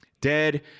Dead